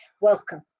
welcome